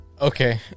Okay